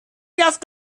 you’ve